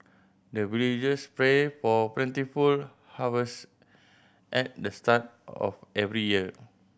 the villagers pray for plentiful harvest at the start of every year